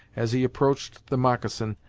as he approached the moccasin,